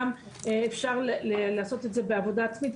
גם אפשר לעשות את זה בעבודה עצמית.